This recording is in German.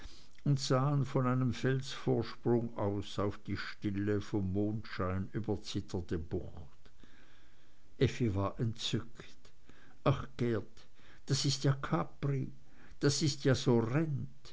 und sahen von einem felsenvorsprung aus auf die stille vom mondschein überzitterte bucht effi war entzückt ach geert das ist ja capri das ist ja